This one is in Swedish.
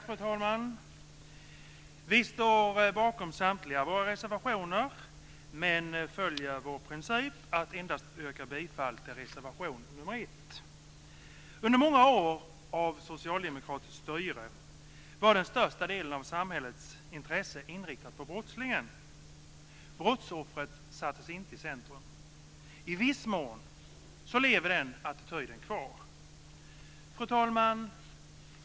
Fru talman! Vi står bakom samtliga våra reservationer men följer vår princip att endast yrka bifall till reservation nr 1. Under många år av socialdemokratiskt styre var den största delen av samhällets intresse inriktat på brottslingen. Brottsoffret sattes inte i centrum. I viss mån lever den attityden kvar. Fru talman!